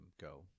go